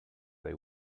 they